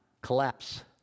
collapse